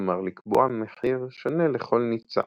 כלומר לקבוע מחיר שונה לכל ניצע